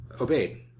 Obeyed